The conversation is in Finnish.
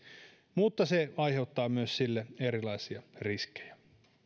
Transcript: mutta se aiheuttaa myös sille erilaisia riskejä